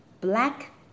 black